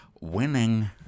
Winning